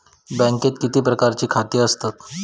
बँकेत किती प्रकारची खाती असतत?